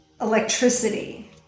electricity